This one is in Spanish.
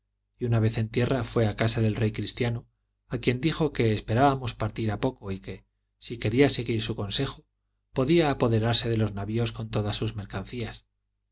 y una vez en tierra fué a casa del rey cristiano a quien dijo que esperábamos partir a poco y que si quería seguir su consejo podría apoderarse de los navios con todas sus mercancías